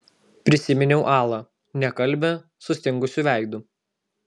prisiminiau alą nekalbią sustingusiu veidu